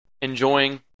enjoying